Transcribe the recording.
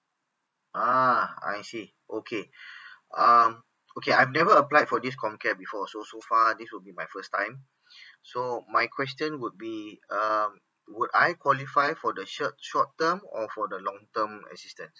ah I see okay um okay I've never applied for this COMCARE before so so far this would be my first time so my question would be uh would I qualify for the shor~ short term or for the long term assistance